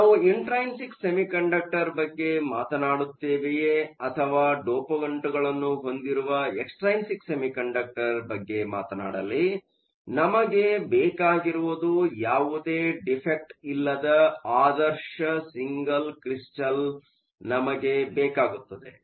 ನಾವು intrinsic semiconductor ಬಗ್ಗೆ ಮಾತನಾಡುತ್ತೇವೆಯೇ ಅಥವಾ ಡೋಪಂಟ್ಗಳನ್ನು ಹೊಂದಿರುವ ಎಕ್ಟ್ರೈನ್ಸಿಕ್ ಸೆಮಿಕಂಡಕ್ಟರ್ಬಗ್ಗೆ ಮಾತಾನಾಡಲಿನಮಗೆ ಬೇಕಾಗಿರುವುದು ಯಾವುದೇ ಡಿಫೆ಼ಕ್ಟ್ ಇಲ್ಲದ ಆದರ್ಶ ಸಿಂಗಲ್ ಕ್ರಿಸ್ಟಲ್ ನಮಗೆ ಬೇಕಾಗುತ್ತದೆ